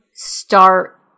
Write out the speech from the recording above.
start